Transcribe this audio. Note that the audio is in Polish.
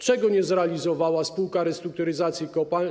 Czego nie zrealizowała Spółka Restrukturyzacji Kopalń?